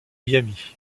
miami